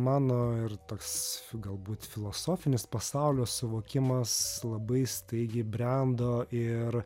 mano ir toks galbūt filosofinis pasaulio suvokimas labai staigiai brendo ir